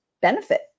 benefit